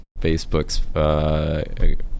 Facebook's